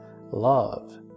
love